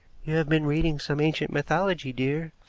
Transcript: you have been reading some ancient mythology, dear,